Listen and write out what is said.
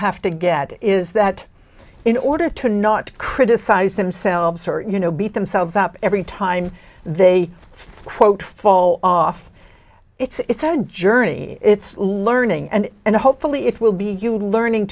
have to get is that in order to not criticize themselves or you know beat themselves up every time they quote fall off it's a journey it's learning and and hopefully it will be you learning